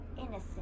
innocent